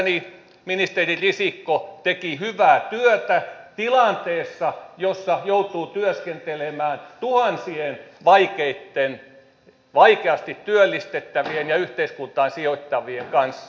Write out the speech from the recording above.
mielestäni ministeri risikko teki hyvää työtä tilanteessa jossa joutuu työskentelemään tuhansien vaikeasti työllistettävien ja yhteiskuntaan sijoitettavien kanssa